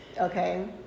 Okay